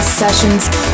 sessions